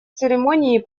церемонии